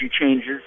changes